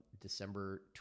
December